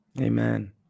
Amen